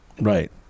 Right